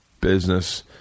business